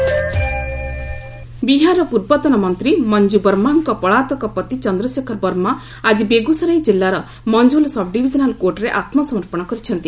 Bihar surrender ବିହାରର ପୂର୍ବତନ ମନ୍ତ୍ରୀ ମଞ୍ଜୁ ବର୍ମାଙ୍କ ପଳାତକ ପତି ଚନ୍ଦ୍ରଶେଖର ବର୍ମା ଆଜି ବେଗୁସରାଇ କିଲ୍ଲାର ମଞ୍ଚଉଲ୍ ସବ୍ଡିଭିଜନାଲ୍ କୋର୍ଟରେ ଆତ୍କସମର୍ପଣ କରିଛନ୍ତି